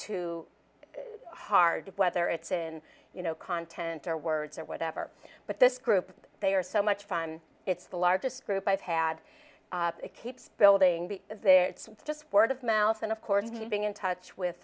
too hard to whether it's in you know content or words or whatever but this group they are so much fun it's the largest group i've had it keeps building be there it's just word of mouth and of course keeping in touch with